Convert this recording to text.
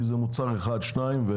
כי זה מוצר אחד או שניים.